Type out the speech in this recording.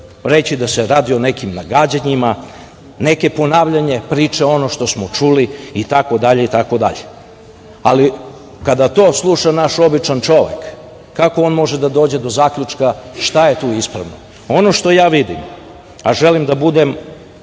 reći da se radi o nekim nagađanjima, neke ponavljane priče, ono što smo čuli, itd. itd. ali kada to sluša naš običan čovek, kako on može da dođe do zaključka šta je tu ispravno? Ono što ja vidim, a želim da budem